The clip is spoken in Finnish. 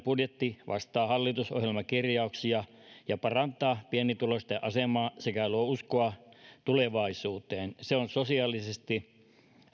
budjetti vastaa hallitusohjelmakirjauksia ja parantaa pienituloisten asemaa sekä luo uskoa tulevaisuuteen se on sosiaalisesti